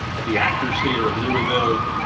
at the actors theater of louisville,